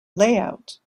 layout